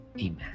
Amen